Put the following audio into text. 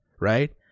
right